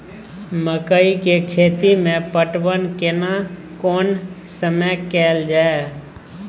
मकई के खेती मे पटवन केना कोन समय कैल जाय?